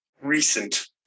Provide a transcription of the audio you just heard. recent